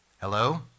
Hello